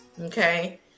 Okay